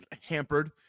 hampered